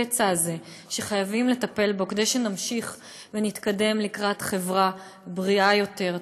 בפצע הזה שחייבים לטפל בו כדי שנמשיך ונתקדם לקראת חברה בריאה יותר,